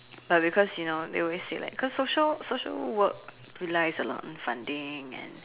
but because you know they always say like cause social social work to life is a lot on funding and